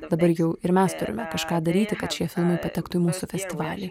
dabar jau ir mes turime kažką daryti kad šie filmai patektų į mūsų festivalį